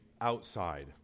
outside